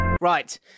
Right